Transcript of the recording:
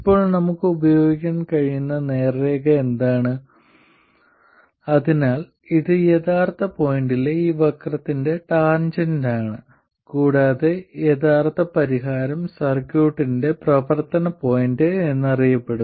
ഇപ്പോൾ നമുക്ക് ഉപയോഗിക്കാൻ കഴിയുന്ന നേർരേഖ എന്താണ് അതിനാൽ ഇത് യഥാർത്ഥ പോയിന്റിലെ ഈ വക്രത്തിന്റെ ടാൻജെന്റാണ് കൂടാതെ യഥാർത്ഥ പരിഹാരം സർക്യൂട്ടിന്റെ പ്രവർത്തന പോയിന്റ് എന്നറിയപ്പെടുന്നു